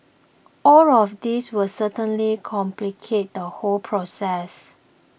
all of these will certainly complicate the whole process